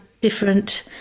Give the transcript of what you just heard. different